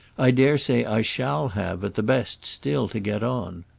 i dare say i shall have, at the best, still to get on.